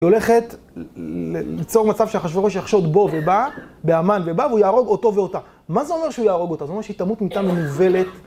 היא הולכת ליצור מצב שאחשוורוש יחשוד בו ובה, בהמן ובה, והוא יהרוג אותו ואותה. מה זה אומר שהוא יהרוג אותה? זה אומר שהיא תמות מיתה מנוולת.